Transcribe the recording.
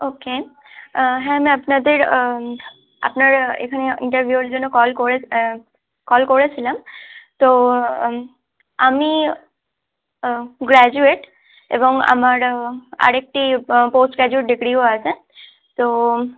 ওকে হ্যাঁ আমি আপনাদের আপনার এখানে ইন্টারভিউ এর জন্য কল করে কল করেছিলাম তো আমি গ্রাজুয়েট এবং আমার আর একটি পোস্ট গ্রাজুয়েট ডিগ্রিও আছে তো